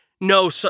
no